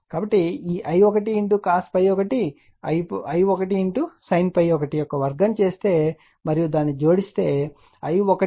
కాబట్టి ఈ I1 cos ∅1 I1 sin ∅1 యొక్క వర్గం చేసి మరియు దానిని జోడిస్తే అలా చేస్తే I1 43